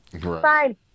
fine